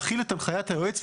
כלומר להחיל את הנחיית היועץ.